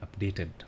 updated